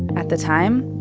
at the time,